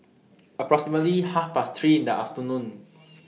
approximately Half Past three in The afternoon